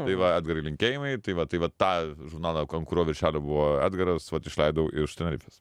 tai va edgarui linkėjimai tai va tai vat tą žurnalą an kurio viršelio buvo edgaras vat išleidau iš tenerifės